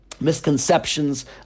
misconceptions